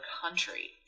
country